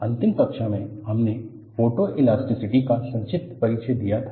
अंतिम कक्षा में हमने फोटोइलास्टिसिटी का संक्षिप्त परिचय दिया था